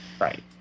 Right